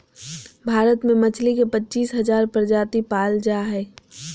भारत में मछली के पच्चीस हजार प्रजाति पाल जा हइ